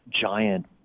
giant